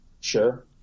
Sure